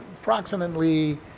Approximately